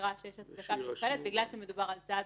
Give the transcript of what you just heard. שנראה שיש הצדקה מיוחדת בגלל שמדובר על צעד